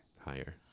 higher